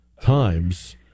times